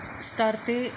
स्तर ते